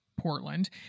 Portland